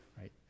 Right